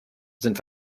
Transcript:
sind